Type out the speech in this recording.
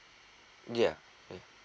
yeah